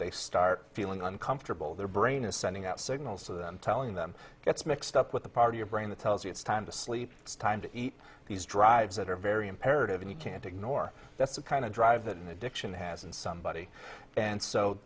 they start feeling uncomfortable their brain is sending out signals to them telling them gets mixed up with the power your brain that tells you it's time to sleep it's time to eat these drives that are very imperative and you can't ignore that's the kind of drive that an addiction has in somebody and so